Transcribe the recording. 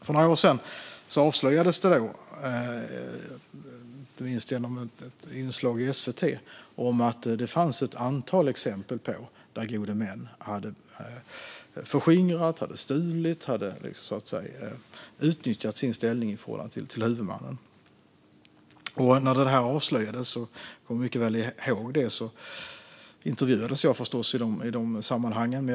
För några år sedan avslöjades, inte minst genom ett inslag i SVT, ett antal exempel på där gode män hade förskingrat, stulit och utnyttjat sin ställning i förhållande till huvudmannen. Jag kom mycket väl ihåg när detta avslöjades, och jag blev förstås intervjuad i de sammanhangen.